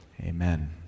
Amen